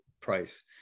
price